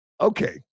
Okay